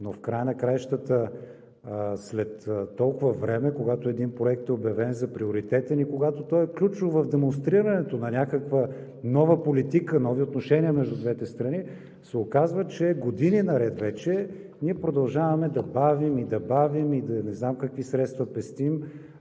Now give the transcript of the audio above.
Но в края на краищата, след толкова време, когато един проект е обявен за приоритетен и когато е ключов в демонстрирането на някаква нова политика, нови отношения между двете страни, се оказва, че години наред вече ние продължаваме да бавим, да бавим и не знам какви средства пестим,